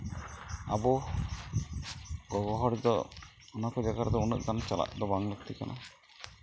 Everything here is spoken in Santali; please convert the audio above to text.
ᱟᱵᱚ ᱜᱚᱜᱚ ᱦᱚᱲᱫᱚ ᱚᱱᱟᱠᱚ ᱡᱟᱭᱜᱟ ᱨᱮᱫᱚ ᱩᱱᱟᱹᱜ ᱜᱟᱱ ᱪᱟᱞᱟᱜ ᱫᱚ ᱵᱟᱝ ᱞᱟᱹᱠᱛᱤ ᱠᱟᱱᱟ